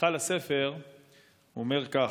בפתיחה לספר הוא אמר כך: